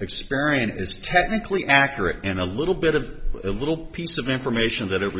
experiment is technically accurate and a little bit of a little piece of information that